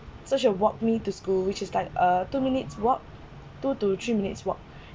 such a walk me to school which is like uh two minutes walk two to three minutes walk